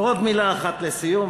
עוד מילה אחת לסיום,